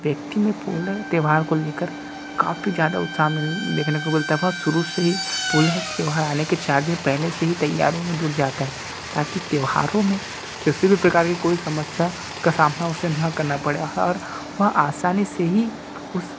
व्यक्ति में पोले के त्यौहार को लेकर काफ़ी ज़्यादा उत्साह देखने को मिलता है वह शुरू से ही पोले के त्यौहार आने के चार दिन पहले से ही तैयारी में जुट जाता है ताकि त्यौहारों में किसी भी प्रकार के कोई समस्या का सामना उसे ना करना पड़े और वह आसानी से ही उस